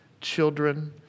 children